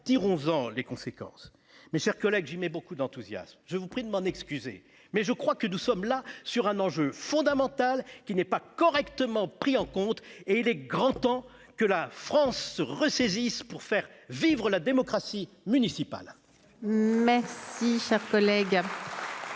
tirons-en les conséquences. Mes chers collègues, j'y mets beaucoup d'enthousiasme, et je vous prie de m'en excuser, mais je crois que nous abordons là un enjeu fondamental qui n'est pas correctement pris en compte. Il est grand temps, je le répète, que la France se ressaisisse pour faire vivre la démocratie municipale. La parole est